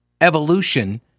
evolution